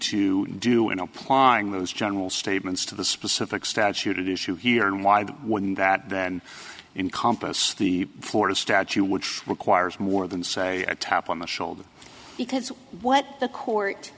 to do in applying those general statements to the specific statute issue here and why when that then in compas the floor of statue which requires more than say a tap on the shoulder because what the court